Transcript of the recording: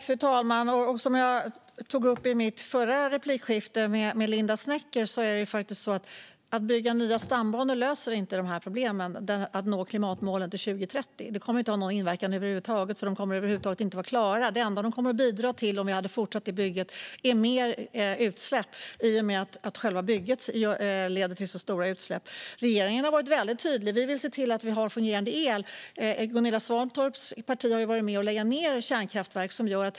Fru talman! Som jag tog upp i mitt förra replikskifte med Linda W Snecker är det faktiskt så att detta att bygga nya stambanor inte löser problemen med att nå klimatmålen till 2030. Det kommer inte att ha någon inverkan över huvud taget, för de kommer inte att vara klara. Det enda det skulle bidra till om vi fortsatte det bygget är mer utsläpp i och med att själva byggandet leder till stora utsläpp. Regeringen har varit väldigt tydlig. Vi vill se till att vi har fungerande el. Gunilla Svantorps parti har varit med och lagt ned kärnkraftverk.